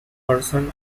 person